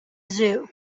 zoo